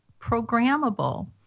programmable